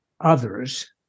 others